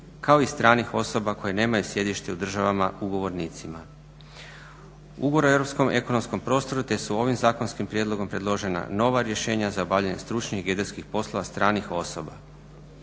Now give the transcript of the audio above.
kao i stranih osoba koje nemaju sjedište u državama ugovornicima ugovor o europskom ekonomskom prostoru te su ovim zakonskim prijedlogom predložena nova rješenja za obavljanje stručnih geodetskih poslova stranih osoba.